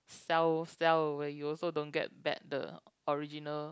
sell sell away you also don't get back the original